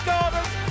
Gardens